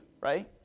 right